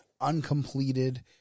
uncompleted